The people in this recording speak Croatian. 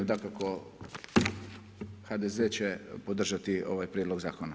Dakako, HDZ će podržati ovaj prijedlog zakona.